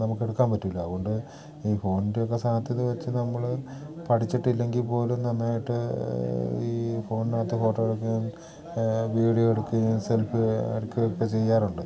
നമുക്കെടുക്കാൻ പറ്റില്ല അതുകൊണ്ട് ഈ ഫോണിൻ്റെയൊക്കെ സാധ്യത വെച്ച് നമ്മൾ പഠിച്ചിട്ടില്ലെങ്കിൽപ്പോലും നന്നായിട്ട് ഈ ഫോണിനകത്ത് ഫോട്ടോ എടുക്കുകയും വീഡിയോ എടുക്കുകയും സെൽഫി എടുക്കയൊക്കെ ചെയ്യാറുണ്ട്